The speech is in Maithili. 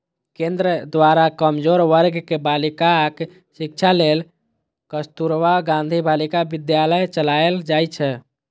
केंद्र द्वारा कमजोर वर्ग के बालिकाक शिक्षा लेल कस्तुरबा गांधी बालिका विद्यालय चलाएल जाइ छै